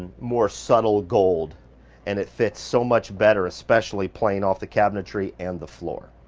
more subtle gold and it fits so much better, especially playing off the cabinetry and the floor.